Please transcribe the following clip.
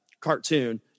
cartoon